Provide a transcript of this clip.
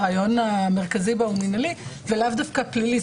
הרעיון המרכזי בו הוא מינהלי, ולאו דווקא פלילי.